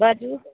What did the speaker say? बाजू